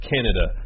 Canada